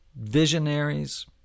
visionaries